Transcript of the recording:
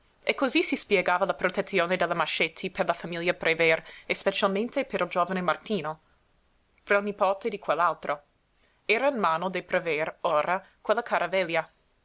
e cosí si spiegava la protezione della mascetti per la famiglia prever e specialmente per il giovane martino pronipote di quell'altro era in mano dei prever ora quella cara velia